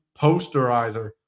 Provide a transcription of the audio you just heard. posterizer